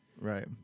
Right